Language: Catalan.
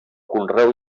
conreu